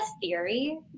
theory